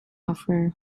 offer